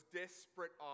desperate